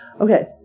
okay